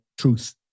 truth